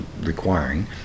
requiring